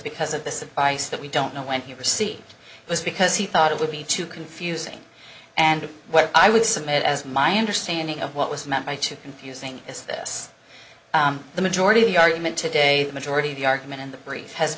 because of this advice that we don't know when he received it was because he thought it would be too confusing and what i would submit as my understanding of what was meant by too confusing is this the majority of the argument today the majority of the argument in the brief has